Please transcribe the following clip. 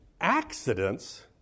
accidents